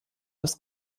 das